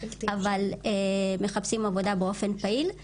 אבל מחפשים עבודה באופן פעיל,